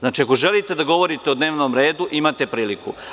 Znači, ako želite da govorite o dnevnom redu imate priliku.